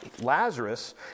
Lazarus